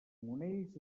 monells